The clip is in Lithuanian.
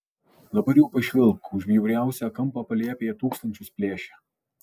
dabar jau pašvilpk už bjauriausią kampą palėpėje tūkstančius plėšia